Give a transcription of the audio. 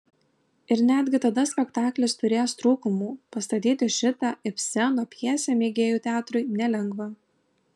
ir netgi tada spektaklis turės trūkumų pastatyti šitą ibseno pjesę mėgėjų teatrui nelengva